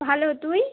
ভালো তুই